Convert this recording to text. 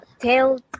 tell